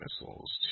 missiles